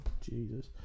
Jesus